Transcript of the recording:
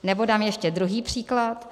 Nebo dám ještě druhý příklad.